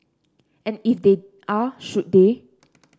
and if they are should they